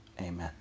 Amen